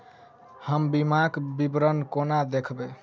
हम बीमाक विवरण कोना देखबै?